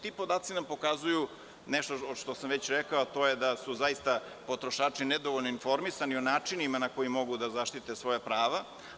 Ti podaci nam pokazuju nešto što sam već rekao, a to je da su zaista potrošači nedovoljno informisani o načinima na koje mogu da zaštite svoja prava.